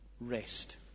Rest